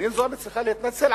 חנין זועבי צריכה להתנצל?